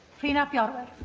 rhun ap iorwerth